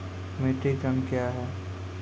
Metric tonne कया हैं?